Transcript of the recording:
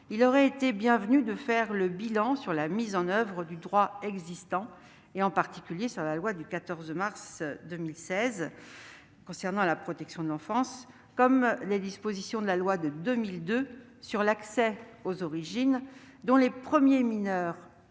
il aurait été bienvenu de faire le bilan de la mise en oeuvre du droit existant, en particulier de la loi du 14 mars 2016 relative à la protection de l'enfance, comme des dispositions de la loi de 2002 relative à l'accès aux origines des personnes